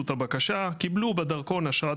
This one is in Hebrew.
יש הבדל מהותי בין אדם --- אני מדבר,